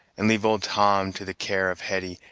and leave old tom to the care of hetty,